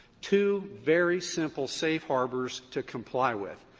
two very simple safe harbors to comply with.